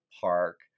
park